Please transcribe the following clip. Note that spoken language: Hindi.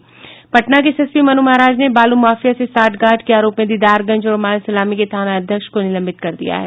पटना के एसएसपी मनु महाराज ने बालू माफिया से सांठगांठ के आरोप में दीदारगंज और मालसलामी के थाना अध्यक्ष को निलंबित कर दिया है